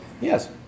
Yes